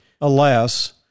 Alas